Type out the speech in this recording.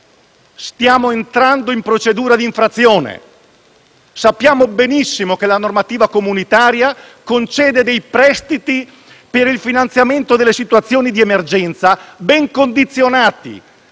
stiamo entrando in una procedura di infrazione. Sappiamo benissimo che la normativa comunitaria concede dei prestiti per il finanziamento delle situazioni di emergenza, ben condizionati: